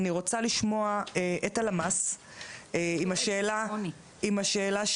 אני רוצה לשמוע את הלמ"ס עם השאלה ששאלתי,